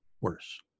worse